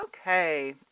Okay